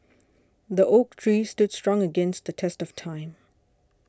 the oak tree stood strong against the test of time